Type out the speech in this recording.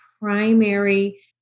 primary